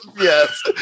Yes